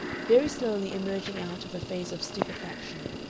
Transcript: very slowly emerging out of a phase of stupefaction,